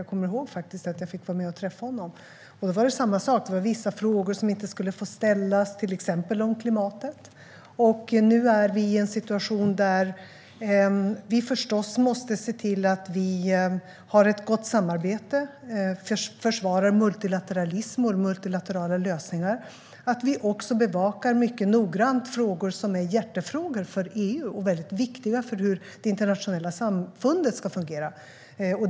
Jag kommer ihåg att jag fick vara med och träffa honom. Då var det samma sak: Vissa frågor skulle inte få ställas, till exempel om klimatet. Nu är vi i en situation där vi måste se till att vi har ett gott samarbete, att vi försvarar multilateralism och multilaterala lösningar och att vi mycket noggrant bevakar frågor som är hjärtefrågor för EU och som är viktiga för hur det internationella samfundet ska fungera.